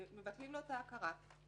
מבטלים לו את ההכרה,